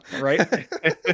Right